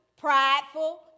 prideful